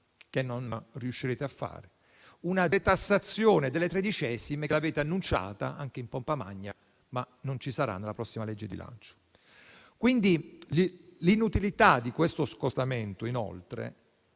che non riuscirete a fare; una detassazione delle tredicesime che avete annunciato, anche in pompa magna, ma che non ci sarà nella prossima legge di bilancio. L'inutilità di questo scostamento è inoltre